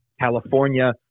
California